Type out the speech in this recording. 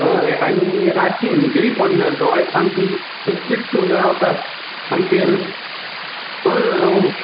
हय आनी रातची न्हिदूय पडना दोळ्या सामकी चिपटून रावता सामके पण